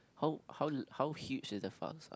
how how how huge is the file size